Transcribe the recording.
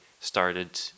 started